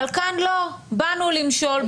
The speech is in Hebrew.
אבל כאן לא באנו למשול,